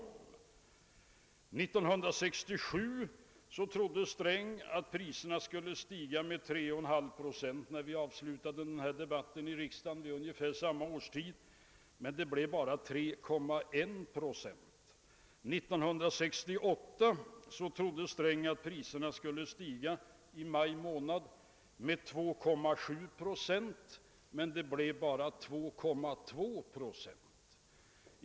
år 1967 trodde Sträng att priserna skulle stiga med 3,5 procent, när vi avslutade den här debatten i riksdagen vid ungefär samma årstid som i år, men det blev bara 3,1 procent. År 1968 trodde Sträng i maj månad att priserna skulle stiga med 2,7 procent, men det blev bara 2,2 procent.